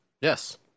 yes